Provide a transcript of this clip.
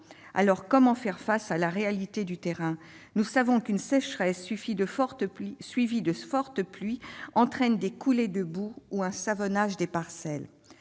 Mais comment prendre en compte la réalité du terrain ? Nous savons qu'une sécheresse suivie de fortes pluies entraîne des coulées de boue ou un savonnage des parcelles.